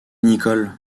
nicol